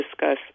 discuss